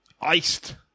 iced